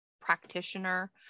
practitioner